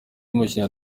umukinyi